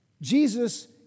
Jesus